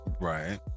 Right